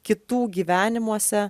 kitų gyvenimuose